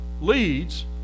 leads